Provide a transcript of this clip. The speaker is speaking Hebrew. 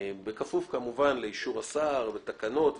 בכפוף לאישור השר, בכפוף לתקנות.